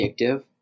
addictive